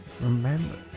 Remember